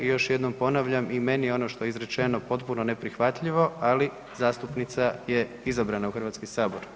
I još jednom ponavljam i meni je ono što je izrečeno potpuno neprihvatljivo, ali zastupnica je izabrana u Hrvatski sabor.